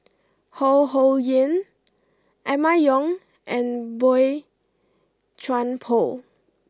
Ho Ho Ying Emma Yong and Boey Chuan Poh